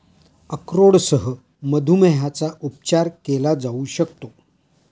अक्रोडसह मधुमेहाचा उपचार केला जाऊ शकतो